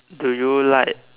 do you like